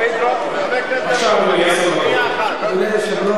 אדוני היושב-ראש,